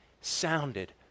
sounded